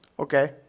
okay